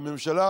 שהממשלה